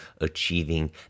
achieving